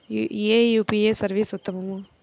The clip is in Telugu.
ఏ యూ.పీ.ఐ సర్వీస్ ఉత్తమము?